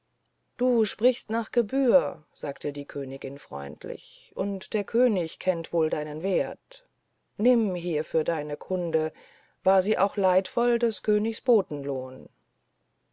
du sprichst nach gebühr sagte die königin freundlich und der könig kennt wohl deinen wert nimm hier für deine kunde war sie auch leidvoll des königs